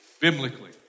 biblically